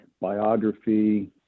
biography